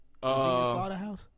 Slaughterhouse